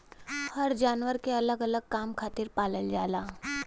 हर जानवर के अलग अलग काम खातिर पालल जाला